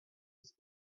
has